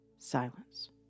Silence